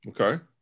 Okay